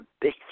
big